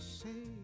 say